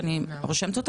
אז הם יהיו זכאים לביטוח